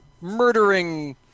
murdering